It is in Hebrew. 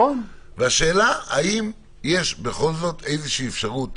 השאלה האם יש בכל זאת איזו שהיא אפשרות